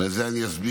ואת זה אני אסביר,